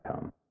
come